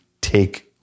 take